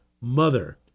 mother